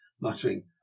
muttering